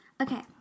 Okay